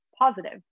positive